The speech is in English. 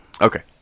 Okay